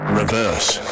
reverse